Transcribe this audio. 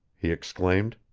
he exclaimed.